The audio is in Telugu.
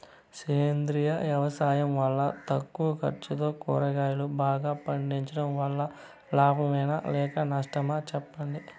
సేంద్రియ వ్యవసాయం వల్ల తక్కువ ఖర్చుతో కూరగాయలు బాగా పండించడం వల్ల లాభమేనా లేక నష్టమా సెప్పండి